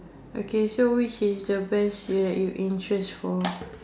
okay so which is your best that you interest for